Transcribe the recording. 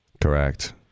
Correct